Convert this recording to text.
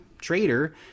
trader